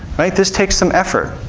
right? this takes some effort.